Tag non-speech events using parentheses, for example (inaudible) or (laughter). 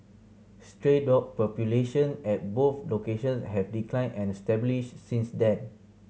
stray dog population at both locations have declined and (unintelligible) since then